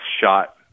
shot